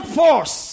force